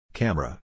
Camera